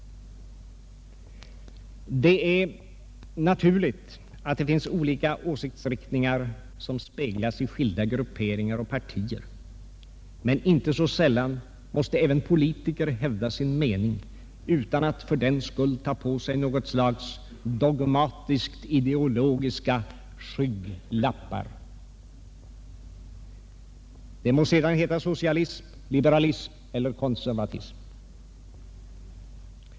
Det är naturligt att det finns olika åsiktsriktningar som speglas i skilda grupperingar och partier, men inte så sällan måste även politiker hävda sin mening utan att man fördenskull tar på sig något slags dogmatiskt ideologiska skygglappar — de må sedan heta socialism, liberalism eller konservatism.